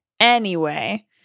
Anyway